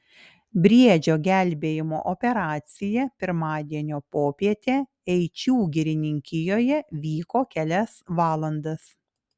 briedžio gelbėjimo operacija pirmadienio popietę eičių girininkijoje vyko kelias valandas